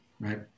right